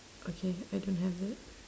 okay I don't have it